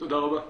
תודה רבה.